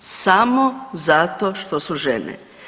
Samo zato što su žene.